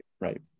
right